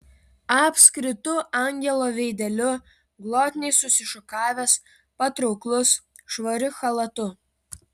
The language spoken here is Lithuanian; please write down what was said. apskritu angelo veideliu glotniai susišukavęs patrauklus švariu chalatu